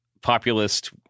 populist